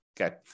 okay